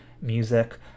music